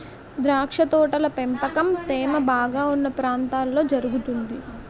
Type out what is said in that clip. ద్రాక్ష తోటల పెంపకం తేమ బాగా ఉన్న ప్రాంతాల్లో జరుగుతుంది